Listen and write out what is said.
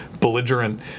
belligerent